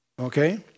Okay